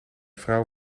vrouw